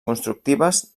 constructives